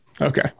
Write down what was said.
Okay